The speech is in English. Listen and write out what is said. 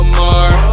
more